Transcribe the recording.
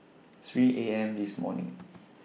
three A M This morning